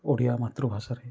ଓଡ଼ିଆ ମାତୃଭାଷାରେ